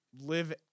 live